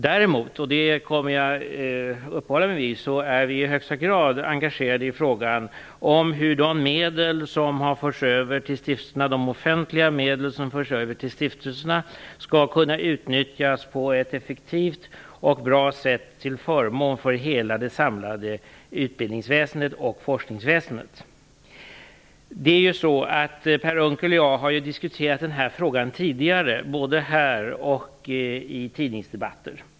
Däremot, och det kommer jag att uppehålla mig vid, är vi i högsta grad engagerade i frågan hur de offentliga medel som har förts över till stiftelserna skall kunna utnyttjas på ett effektivt och bra sätt till förmån för hela det samlade utbildningsväsendet och forskningsväsendet. Per Unckel och jag har diskuterat den här frågan tidigare både här i riksdagen och i tidningsdebatter.